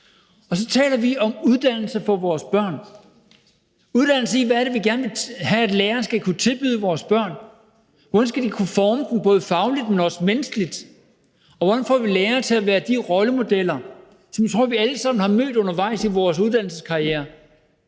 Så taler vi om uddannelse for vores børn, og hvad det er, vi gerne vil have lærerne skal kunne tilbyde vores børn. Hvordan skal de kunne forme dem både fagligt, men også menneskeligt? Og hvordan får vi lærere til at være de rollemodeller, som jeg tror vi alle sammen har mødt undervejs i vores uddannelse og karriere;